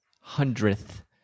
hundredth